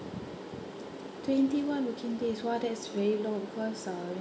twenty one working days !wah! that's very long cause uh